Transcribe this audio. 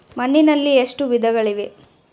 ಮಣ್ಣಿನಲ್ಲಿ ಎಷ್ಟು ವಿಧಗಳಿವೆ?